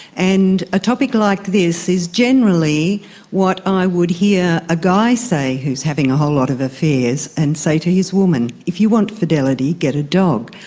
and a topic like this is generally what i would hear a guy say who is having a whole lot of affairs and say to his woman, if you want fidelity, get a dog.